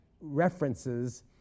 references